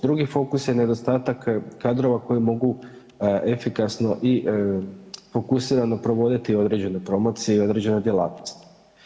Drugi fokus je nedostatak kadrova koji mogu efikasno i fokusirano provoditi određene promocije i određene djelatnosti.